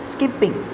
Skipping